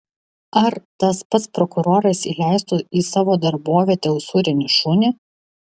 ar tas pats prokuroras įleistų į savo darbovietę usūrinį šunį